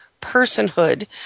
personhood